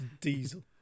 diesel